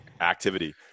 activity